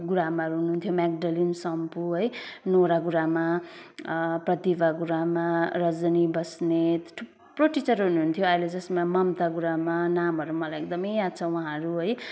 गुरुमाहरू हुनुहुन्थ्यो म्याकडलिन सम्पु है नोरा गुरामा प्रतिभा गुरुमा रजनी बस्नेत थुप्रो टिचर हुनुहुन्थ्यो अहिले जसमा ममता गुरुमा नामहरू मलाई एकदमै याद छ उहाँहरू है